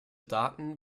daten